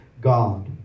God